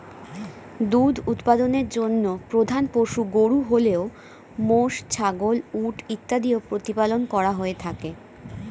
দুধ উৎপাদনের জন্য প্রধান পশু গরু হলেও মোষ, ছাগল, উট ইত্যাদিও প্রতিপালন করা হয়ে থাকে